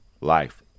life